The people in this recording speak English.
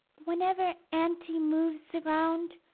whenever auntie moves around,